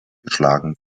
geschlagen